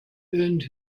earned